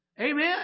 Amen